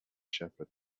shepherd